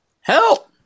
Help